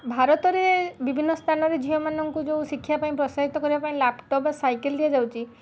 ଭାରତରେ ବିଭିନ୍ନ ସ୍ଥାନରେ ଝିଅମାନଙ୍କୁ ଯୋଉ ଶିକ୍ଷାପାଇଁ ପ୍ରୋତ୍ସାହିତ କରିବା ପାଇଁ ଲାପ୍ଟପ୍ ସାଇକେଲ୍ ଦିଆଯାଉଛି